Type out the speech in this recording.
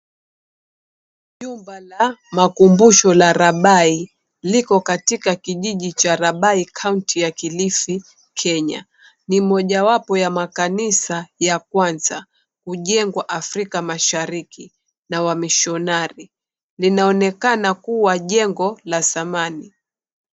Jumba la makumbusho la Rabai liko katika kijiji cha Rabai County ya Kilifi Kenya. Ni mojawapo ya makanisa ya kwanza kujengwa Africa Mashariki na wamishonari, laonekana kuwa jengo la zamani.